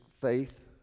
faith